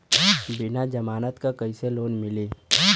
बिना जमानत क कइसे लोन मिली?